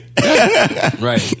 Right